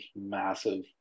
massive